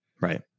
Right